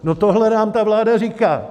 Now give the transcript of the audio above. No, tohle nám ta vláda říká!